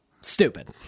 stupid